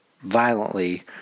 violently